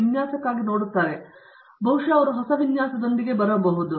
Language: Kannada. ಪ್ರತಾಪ್ ಹರಿಡೋಸ್ ಬಹಳ ಒಳ್ಳೆಯದು ಹೌದು ಹೌದು